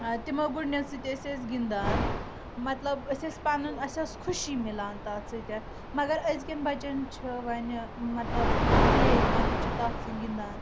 تِمو گوٚدنیٚو سۭتۍ ٲسۍ أسۍ گنٛدان مطلب أسۍ ٲسۍ پنُن اسہِ ٲسۍ خوشی میلان تتھ سۭتۍ اگر أزکٮ۪ن بچن چھ ونہٕ مطلب کِلے یوان تم چھِ تتھ سۭتۍ گنٛدان